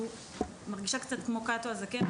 אני מרגישה קצת כמו קאטו הזקן,